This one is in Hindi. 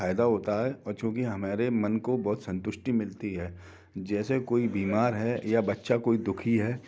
फायदा होता है चूंकि हमारे मन को बहुत संतुष्टि मिलती है जैसे कोई बीमार है या बच्चा कोई दुखी है